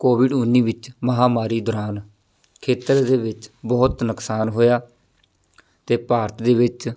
Covid ਉੱਨੀ ਵਿੱਚ ਮਹਾਂਮਾਰੀ ਦੌਰਾਨ ਖੇਤਰ ਦੇ ਵਿੱਚ ਬਹੁਤ ਨੁਕਸਾਨ ਹੋਇਆ ਅਤੇ ਭਾਰਤ ਦੇ ਵਿੱਚ